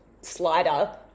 Slider